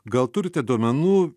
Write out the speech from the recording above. gal turite duomenų